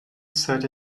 set